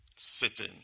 sitting